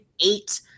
eight